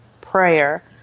prayer